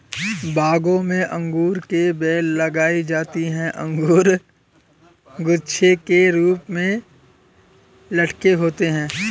बागों में अंगूर की बेल लगाई जाती है अंगूर गुच्छे के रूप में लटके होते हैं